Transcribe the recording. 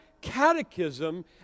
catechism